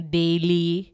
daily